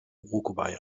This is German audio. uruguay